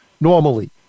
normally